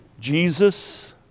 Jesus